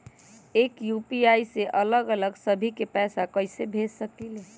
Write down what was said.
एक यू.पी.आई से अलग अलग सभी के पैसा कईसे भेज सकीले?